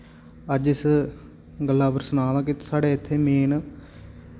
अज्ज इस गल्ला पर सनां ना कि साढ़े इत्थै मेन